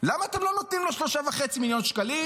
למה אתם לא נותנים לו 3.5 מיליון שקלים?